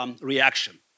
reaction